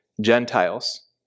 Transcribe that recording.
Gentiles